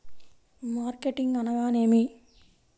Marketing అనగానేమి?